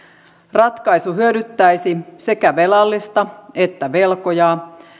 ratkaisu hyödyttäisi sekä velallista että velkojaa